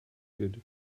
good